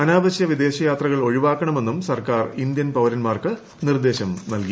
അനാവശ്യ വിദേശയാത്രകൾ ഒഴിവാക്കണമെന്നും സർക്കാർ ഇന്ത്യൻ പൌരൻമാർക്ക് നിർദ്ദേശം നൽകി